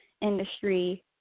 industry